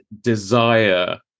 desire